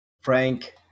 Frank